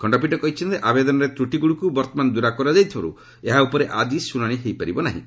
ଖଣ୍ଡପୀଠ କହିଛନ୍ତି ଆବଦେନରେ ତ୍ରୁଟିଗୁଡ଼ିକୁ ବର୍ତ୍ତମାନ ଦୂର କରାଯାଇଥିବାରୁ ଏହା ଉପରେ ଆଜି ଶ୍ରଣାଣି ହୋଇପାରିବ ନାହିଁ